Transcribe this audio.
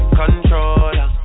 controller